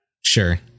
Sure